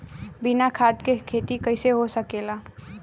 बिना खाद के खेती कइसे हो सकेला?